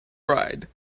ride